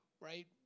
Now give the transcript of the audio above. right